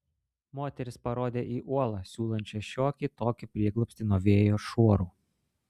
moteris parodė į uolą siūlančią šiokį tokį prieglobstį nuo vėjo šuorų